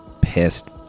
pissed